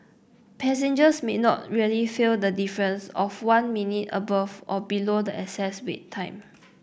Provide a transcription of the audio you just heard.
passengers may not really feel the difference of one minute above or below the excess wait time